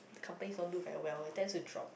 company onto farewell that is the drop